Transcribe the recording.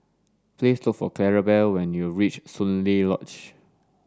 please look for Clarabelle when you reach Soon Lee Lodge